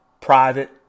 private